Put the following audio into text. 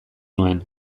nuen